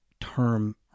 term